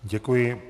Děkuji.